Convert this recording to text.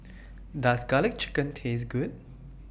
Does Garlic Chicken Taste Good